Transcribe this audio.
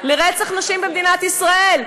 של רצח נשים במדינת ישראל.